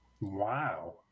Wow